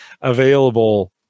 available